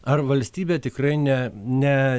ar valstybė tikrai ne ne